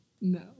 No